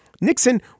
Nixon